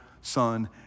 Son